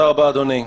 תודה רבה, אדוני.